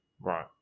Right